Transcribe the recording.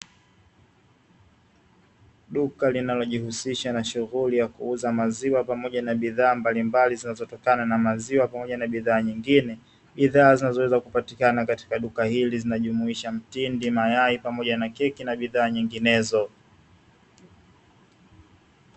Duka linalojihusisha na shughuli ya kuuza maziwa pamoja na bidhaa mbalimbali zinazotokana na maziwa pamoja na bidhaa nyingine. Bidhaa zinazoweza kupatikana katika duka hili zinajumuisha mtindi, mayai pamoja na keki na bidhaa nyinginezo.